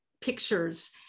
pictures